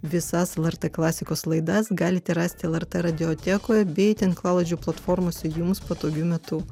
visas lrt klasikos laidas galite rasti lrt radiotekoje bei tinklalaidžių platformose jums patogiu metu